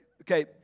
okay